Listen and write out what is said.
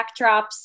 backdrops